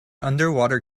underwater